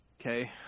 Okay